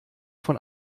von